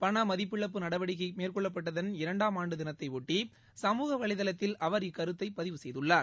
பணமதிப்பிழப்பு நடவடிக்கை மேற்கொள்ளப்பட்டதன் இரண்டாம் ஆண்டு தினத்தையொட்டி சமூக வலைதளத்தில் அவர் இக்கருத்தை பதிவு செய்துள்ளார்